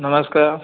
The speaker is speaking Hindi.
नमस्कार